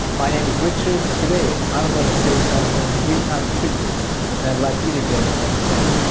my name is richard and today, i'm going to say something three times quickly and i'd like you to guess what i'm saying.